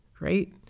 right